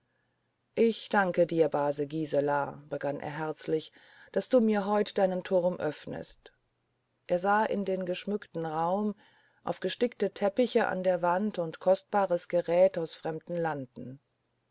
ich danke dir base gisela begann er herzlich daß du mir heut deinen turm öffnest er sah in den geschmückten raum auf gestickte teppiche an der wand und kostbares gerät aus fremdem lande